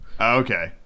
okay